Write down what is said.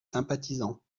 sympathisants